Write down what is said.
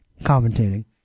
Commentating